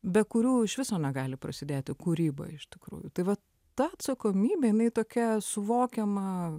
be kurių iš viso negali prasidėti kūryba iš tikrųjų tai vat ta atsakomybė jinai tokia suvokiama